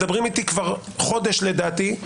מדברים איתי כבר חודש לדעתי,